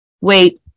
wait